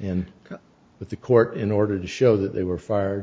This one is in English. and with the court in order to show that they were f